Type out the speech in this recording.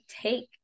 take